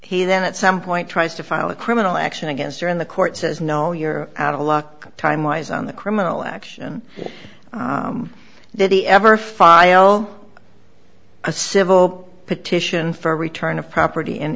he then at some point tries to file a criminal action against her and the court says no you're out of luck time wise on the criminal action that he ever file a civil petition for return of property in